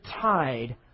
tide